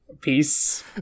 Peace